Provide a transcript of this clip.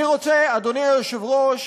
אדוני היושב-ראש,